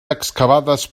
excavades